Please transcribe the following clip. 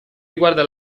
riguarda